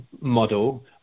model